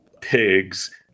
pigs